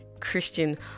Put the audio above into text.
christian